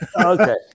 Okay